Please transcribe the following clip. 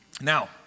Now